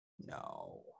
No